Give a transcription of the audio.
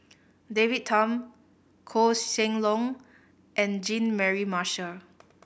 David Tham Koh Seng Leong and Jean Mary Marshall